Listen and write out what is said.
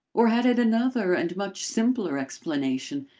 or had it another and much simpler explanation?